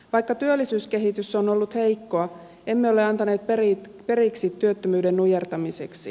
vaikka työllisyyskehitys on ollut heikkoa emme ole antaneet periksi työttömyyden nujertamiseksi